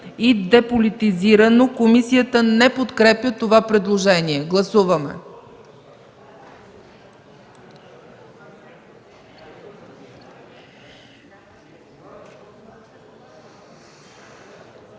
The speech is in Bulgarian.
„и деполитизирано”. Комисията не подкрепя това предложение. Гласуват